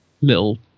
little